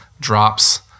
drops